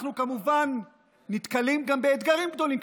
כמובן שאנחנו נתקלים גם באתגרים גדולים,